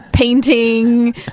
Painting